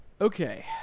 Okay